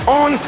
on